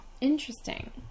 Interesting